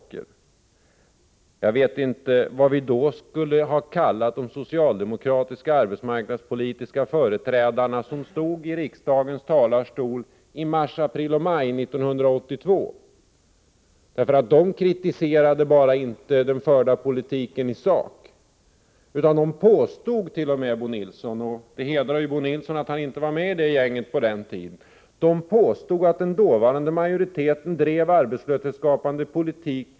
Men jag vet inte vad man då skall kalla de arbetsmarknadspolitiska företrädare för socialdemokratin som i mars, april och maj 1982 från riksdagens talarstol inte bara kritiserade den förda politiken i sak utan t.o.m. påstod — det hedrar Bo Nilsson att han inte var med i det gänget — att 89 den dåvarande majoriteten av illvilja drev arbetslöshetsskapande politik.